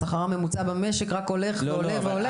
השכר הממוצע במשק רק הולך ועולה.